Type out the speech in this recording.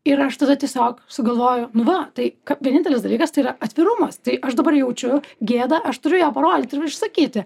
ir aš tada tiesiog sugalvoju nu va tai vienintelis dalykas tai yra atvirumas tai aš dabar jaučiu gėdą aš turiu ją parodyt ir išsakyti